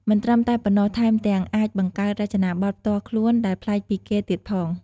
មិនត្រឹមតែប៉ុណ្ណោះ ថែមទាំងអាចបង្កើតរចនាបថផ្ទាល់ខ្លួនដែលប្លែកពីគេទៀតផង។